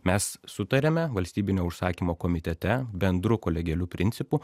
mes sutariame valstybinio užsakymo komitete bendru kolegialiu principu